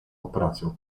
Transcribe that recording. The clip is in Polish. operacją